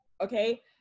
Okay